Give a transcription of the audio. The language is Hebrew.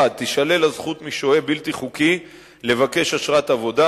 1. תישלל הזכות משוהה בלתי חוקי לבקש אשרת עבודה,